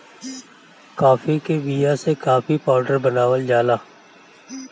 काफी के बिया से काफी पाउडर बनावल जाला